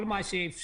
כל מה שאפשר,